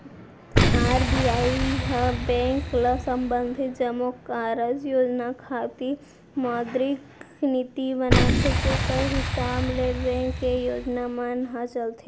RBI ह bank ल संबंधित जम्मो कारज योजना खातिर मौद्रिक नीति बनाथे जेखर हिसाब ले बेंक के योजना मन ह चलथे